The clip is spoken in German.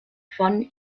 von